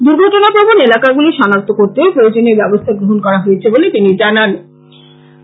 দুর্ঘটনাপ্রবণ এলাকাগুলি সনাক্ত করতেও প্রয়োজনীয় ব্যবস্থা গ্রহণ করা হয়েছে বলে তিনি জানিয়েছেন